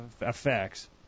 effects